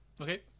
Okay